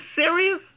serious